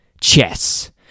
chess